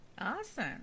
Awesome